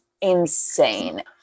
insane